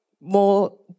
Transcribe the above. more